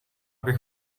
bych